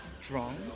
strong